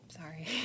sorry